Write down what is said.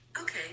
Okay